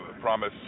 promise